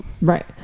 Right